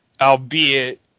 Albeit